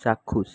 চাক্ষুষ